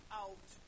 out